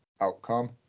outcome